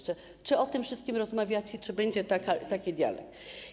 Czy o tym wszystkim rozmawiacie, czy będzie taki dialog?